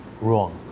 wrong